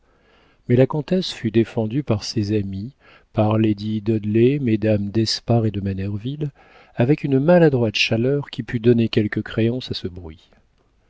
mais la comtesse fut défendue par ses amies par lady dudley mesdames d'espard et de manerville avec une maladroite chaleur qui put donner quelque créance à ce bruit